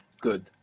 good